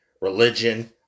Religion